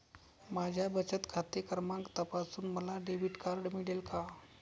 माझा बचत खाते क्रमांक तपासून मला डेबिट कार्ड मिळेल का?